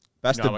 Best